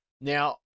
Now